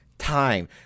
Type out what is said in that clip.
time